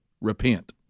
Repent